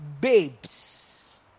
Babes